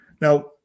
Now